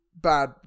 bad